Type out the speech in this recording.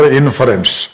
inference